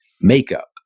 makeup